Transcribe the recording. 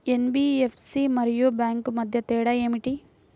NBFC మరియు bank మధ్య తేడా ఏమిటీ?